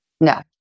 No